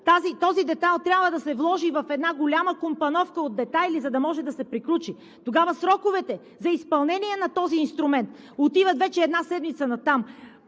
Този детайл трябва да се вложи в една голяма компановка от детайли, за да може да се приключи и тогава сроковете за изпълнение на този инструмент отиват вече една седмица натам.